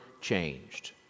changed